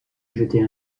jeter